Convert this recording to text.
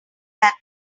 that